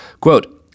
Quote